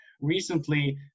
Recently